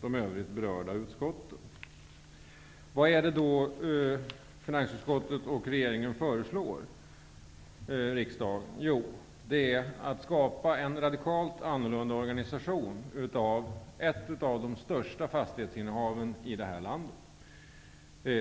de övriga berörda utskotten. Vad föreslår regeringen och finansutskottet för riksdagen? Jo, man vill skapa en helt annan organisation av ett av de största fastighetsinnehaven i det här landet.